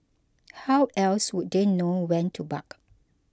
how else would they know when to bark